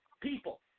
people